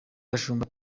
gashumba